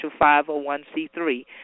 501c3